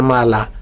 Mala